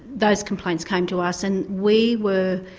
those complaints came to us and we were.